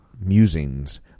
Musings